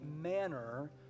manner